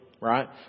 Right